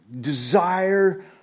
desire